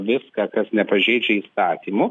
viską kas nepažeidžia įstatymų